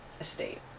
estate